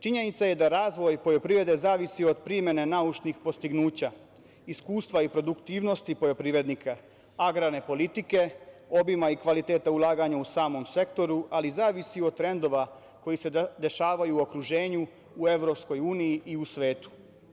Činjenica je da razvoj poljoprivrede zavisi od primene naučnih dostignuća, iskustva i produktivnosti poljoprivrednika, agrarne politike, obima i kvaliteta ulaganja u samom sektoru, ali zavisi i od trendova koji se dešavaju u okruženju, u EU i u svetu.